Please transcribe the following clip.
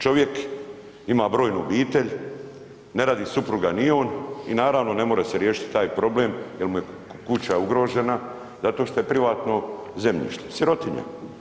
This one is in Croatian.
Čovjek ima brojnu obitelj, ne radi supruga ni on i naravno ne more se riješiti taj problem jer mu je kuća ugrožena zato što je privatno zemljište, sirotinja.